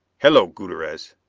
hello, gutierrez.